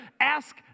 ask